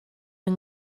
yng